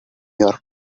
york